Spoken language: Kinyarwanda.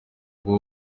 ngo